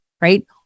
right